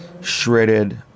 shredded